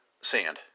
sand